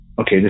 okay